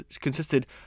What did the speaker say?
consisted